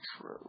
true